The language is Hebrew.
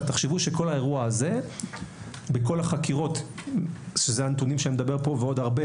תחשבו שכל האירוע זה בכל החקירות - שאלה נתונים שאני מביא כאן ועוד הרבה